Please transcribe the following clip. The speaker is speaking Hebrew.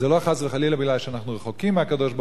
וזה לא חס וחלילה שאנחנו רחוקים מהקדוש-ברוך-הוא,